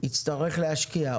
יצטרך להשקיע.